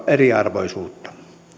eriarvoisuutta